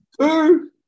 Two